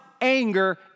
anger